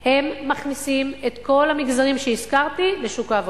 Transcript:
שמכניסים את כל המגזרים שהזכרתי לשוק העבודה.